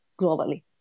globally